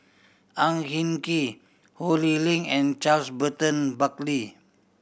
Ang Hin Kee Ho Lee Ling and Charles Burton Buckley